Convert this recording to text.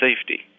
safety